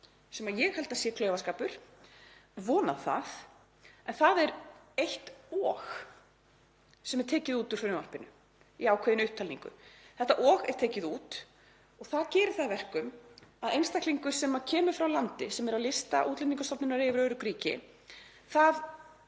sem ég held að sé klaufaskapur, ég vona það. En það er eitt „og“ sem er tekið út úr frumvarpinu í ákveðinni upptalningu. Þetta „og“ er tekið út og það gerir það að verkum að einstaklingur sem kemur frá landi sem er á lista Útlendingastofnunar yfir örugg ríki er